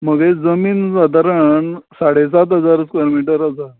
म्हगेली जमीन सादारण साडे सात हजार स्क्वेर मिटर आसा